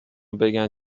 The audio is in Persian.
بگن